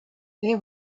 there